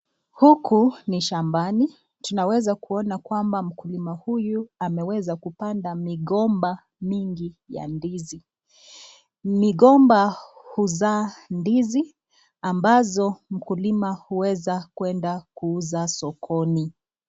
Huku ni shambani, tunaweza kuona kwamba mkulima huyu ameweza kupanda migomba mingi ya ndizi, migomba huzaa ndizi ambazo mkukima huweza kwenda kuuza sokoni.